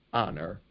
honor